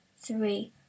three